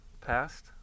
passed